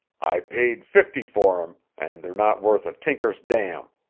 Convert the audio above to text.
i paid fifty for em and they're not worth a tinker's dam.